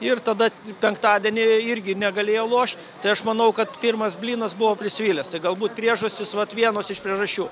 ir tada penktadienį irgi negalėjo lošt tai aš manau kad pirmas blynas buvo prisvilęs tai galbūt priežastys vat vienos iš priežasčių